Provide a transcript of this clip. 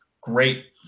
great